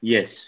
Yes